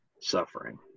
suffering